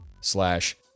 slash